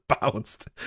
bounced